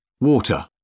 water